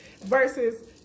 Versus